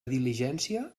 diligència